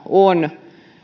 on